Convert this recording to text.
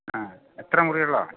ആ എത്ര മുറിയുള്ളതാ